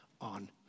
on